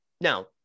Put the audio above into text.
now